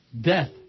Death